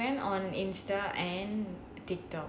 ya he went on Insta and TikTok